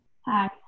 Hi